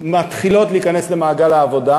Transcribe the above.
מתחילות להיכנס למעגל העבודה,